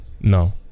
No